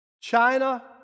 China